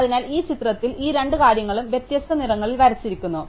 അതിനാൽ ഈ ചിത്രത്തിൽ ഈ രണ്ട് കാര്യങ്ങളും വ്യത്യസ്ത നിറങ്ങളിൽ വരച്ചിരിക്കുന്നു